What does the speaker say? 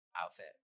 outfit